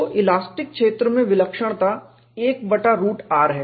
तो इलास्टिक क्षेत्र में विलक्षणता एक बटा रूट r है